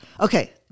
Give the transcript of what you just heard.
okay